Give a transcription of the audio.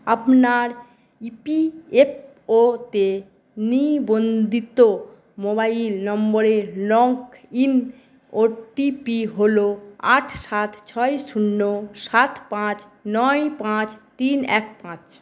আপনার E P F O তে নিবন্ধিত মোবাইল নম্বরের log in O T P হল আট সাত ছয় শূন্য সাত পাঁচ নয় পাঁচ তিন এক পাঁচ